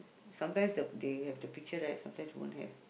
sometimes the they have the pictures right sometimes don't have